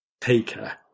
taker